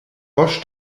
bosch